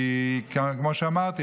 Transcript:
כי כמו שאמרתי,